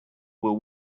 will